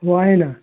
हो आहे ना